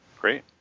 Great